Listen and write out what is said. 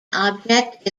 object